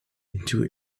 into